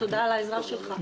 תודה על העזרה שלך.